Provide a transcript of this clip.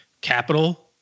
capital